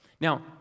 Now